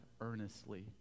earnestly